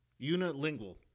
Unilingual